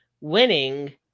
winning